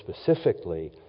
specifically